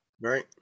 Right